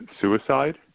suicide